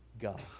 God